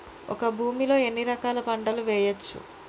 ఒక భూమి లో ఎన్ని రకాల పంటలు వేయచ్చు?